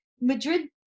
Madrid